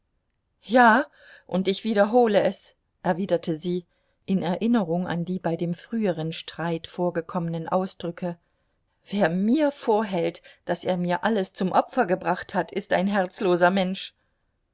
ja und ich wiederhole es erwiderte sie in erinnerung an die bei dem früheren streit vorgekommenen ausdrücke wer mir vorhält daß er mir alles zum opfer gebracht hat ist ein herzloser mensch